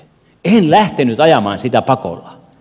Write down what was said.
en lähtenyt ajamaan sitä pakolla